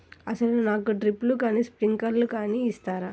అసలు నాకు డ్రిప్లు కానీ స్ప్రింక్లర్ కానీ ఇస్తారా?